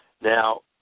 Now